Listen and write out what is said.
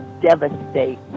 devastate